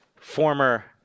former